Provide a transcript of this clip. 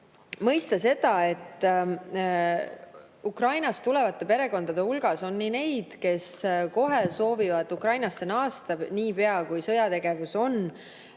mõista, et Ukrainast tulevate perekondade hulgas on nii neid, kes soovivad Ukrainasse naasta niipea, kui sõjategevus on